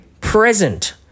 present